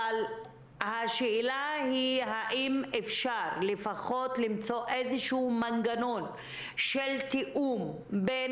אבל השאלה היא האם אפשר לפחות למצוא איזשהו מנגנון של תיאום בין